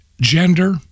gender